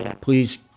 Please